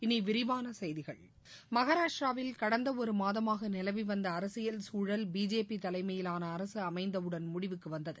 இனி விரிவான செய்திகள் மகாராஷ்டிராவில் கடந்த ஒரு மாதமாக நிலவிவந்த அரசியல் சூழல் பிஜேபி தலைமயிலான அரசு அமைந்தவுடன் முடிவுக்கு வந்தது